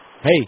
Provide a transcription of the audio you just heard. Hey